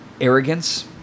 arrogance